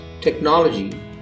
technology